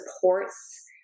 supports